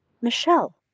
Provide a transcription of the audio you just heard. Michelle